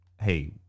hey